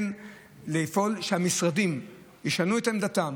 לפעול כדי שהמשרדים ישנו את עמדתם,